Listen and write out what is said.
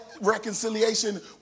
reconciliation